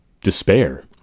despair